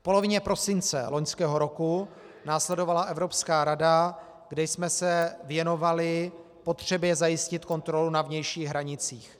V polovině prosince loňského roku následovala Evropská rada, kde jsme se věnovali potřebě zajistit kontrolu na vnějších hranicích.